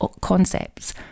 concepts